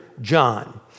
John